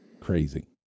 crazy